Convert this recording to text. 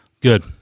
Good